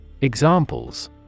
examples